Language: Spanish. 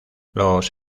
los